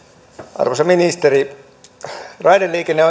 arvoisa ministeri raideliikenne